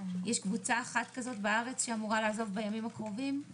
לגבי סעיף התחולה